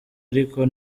ariko